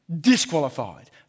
disqualified